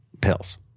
pills